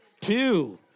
two